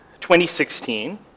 2016